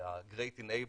ה-great enabler,